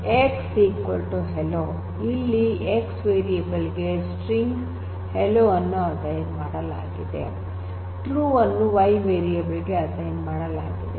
X hello ಇಲ್ಲಿ X variable ಗೆ string hello ಅನ್ನು ಅಸೈನ್ ಮಾಡಲಾಗಿದೆ ಟ್ರೂ ಅನ್ನು Y ವೇರಿಯಬಲ್ ಗೆ ಅಸೈನ್ ಮಾಡಲಾಗಿದೆ